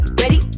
ready